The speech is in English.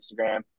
Instagram